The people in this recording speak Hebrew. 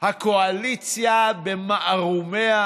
הקואליציה במערומיה,